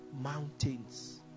mountains